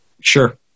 Sure